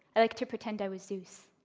i liked to pretend i was zeus,